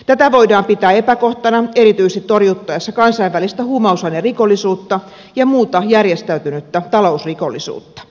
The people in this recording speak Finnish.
tätä voidaan pitää epäkohtana erityisesti torjuttaessa kansainvälistä huumausainerikollisuutta ja muuta järjestäytynyttä talousrikollisuutta